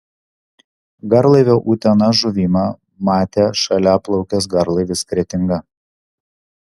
garlaivio utena žuvimą matė šalia plaukęs garlaivis kretinga